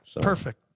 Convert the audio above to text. Perfect